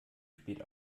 spät